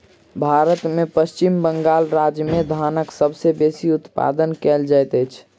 भारत में पश्चिम बंगाल राज्य में धानक सबसे बेसी उत्पादन कयल जाइत अछि